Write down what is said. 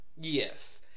Yes